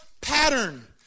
pattern